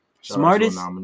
smartest